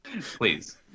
Please